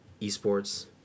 esports